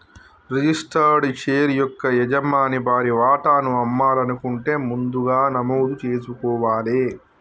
registered share యొక్క యజమాని వారి వాటాను అమ్మాలనుకుంటే ముందుగా నమోదు జేసుకోవాలే